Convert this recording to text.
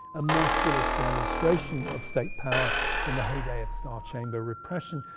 a merciless demonstration of state power in the heyday of star-chamber repression,